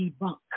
debunk